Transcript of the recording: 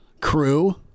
crew